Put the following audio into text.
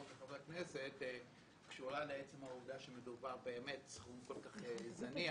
בין חברות וחברי הכנסת קשורה לעצם העובדה שמדובר באמת בסכום כל כך זניח,